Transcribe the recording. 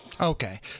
Okay